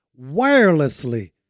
Wirelessly